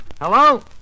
Hello